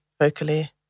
vocally